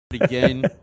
again